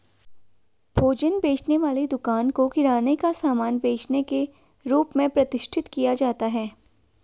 भोजन बेचने वाली दुकानों को किराने का सामान बेचने के रूप में प्रतिष्ठित किया जाता है